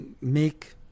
make